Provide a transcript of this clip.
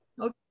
Okay